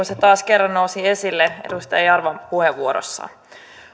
se taas kerran nousi esille edustaja jarvan puheenvuorossa